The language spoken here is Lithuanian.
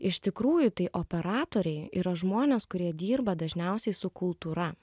iš tikrųjų tai operatoriai yra žmonės kurie dirba dažniausiai su kultūra